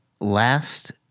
last